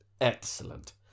Excellent